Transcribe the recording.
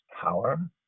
power